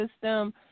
system